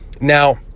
Now